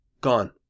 gone